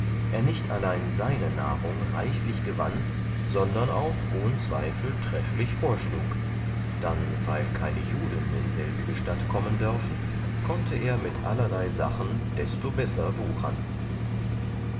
er nicht allein seine nahrung reichlich gewann sondern auch ohn zweifel trefflich vorschlug dann weil keine juden in selbige stadt kommen dörfen konnte er mit allerlei sachen desto besser wuchern